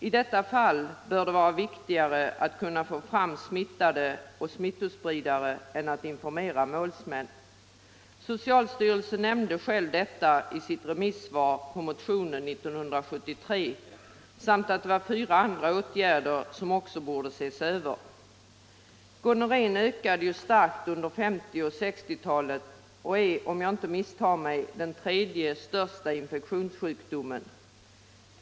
I detta fall bör det vara viktigare att kunna få fram smittade och smittospridare än att informera målsmän. Socialstyrelsen nämnde själv detta i sitt remissvar på den motion som väcktes i frågan 1973 liksom också fyra andra punkter, där en översyn borde ske. Gonorrén ökade ju starkt under 1950 och 1960-talen och är väl vår tredje största infektionssjukdom.